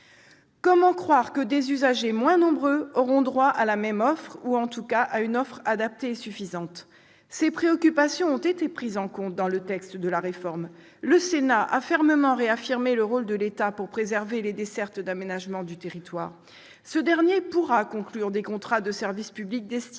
Comment croire que des usagers moins nombreux auront droit à la même offre, ou en tout cas à une offre adaptée et suffisante ? Ces préoccupations ont été prises en compte dans le texte. Le Sénat a fermement réaffirmé le rôle de l'État pour préserver les dessertes d'aménagement du territoire. Ainsi, l'État pourra conclure des contrats de service public destinés à préserver